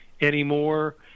anymore